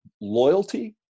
loyalty